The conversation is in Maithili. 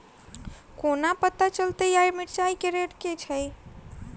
कोना पत्ता चलतै आय मिर्चाय केँ रेट की छै?